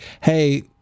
hey